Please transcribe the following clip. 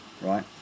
right